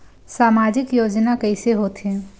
सामजिक योजना कइसे होथे?